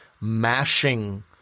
mashing